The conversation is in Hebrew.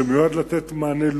שמיועד לתת מענה,